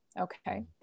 okay